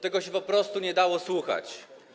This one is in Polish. Tego się po prostu nie dało słuchać.